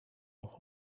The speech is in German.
noch